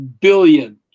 billion